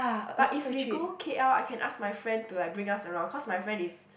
but if we go K_L I can ask my friend to like bring us around cause my friend is